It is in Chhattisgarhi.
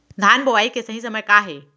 धान बोआई के सही समय का हे?